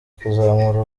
kuzamura